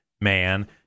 man